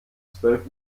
zwölf